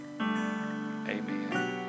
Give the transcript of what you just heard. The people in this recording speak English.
Amen